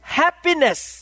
happiness